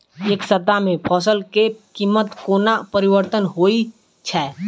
एक सप्ताह मे फसल केँ कीमत कोना परिवर्तन होइ छै?